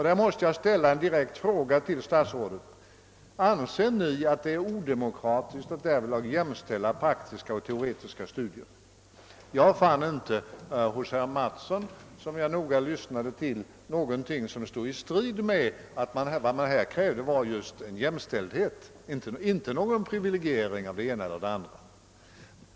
Där måste jag direkt fråga statsrådet: Anser Ni att det är odemokratiskt att jämställa praktiska och teoretiska studier? Jag fann inte hos herr Mattsson, som jag noga lyssnade till, något som stred mot uppfattningen att vad man krävde var just jämställdhet, inte någon privilegiering av det ena eller det andra.